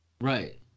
right